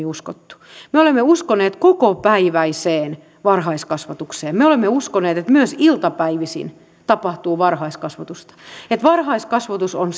uskottu me olemme uskoneet kokopäiväiseen varhaiskasvatukseen me olemme uskoneet että myös iltapäivisin tapahtuu varhaiskasvatusta että varhaiskasvatus on